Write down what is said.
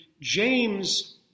James